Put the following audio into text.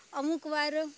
અમુકવાર